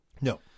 No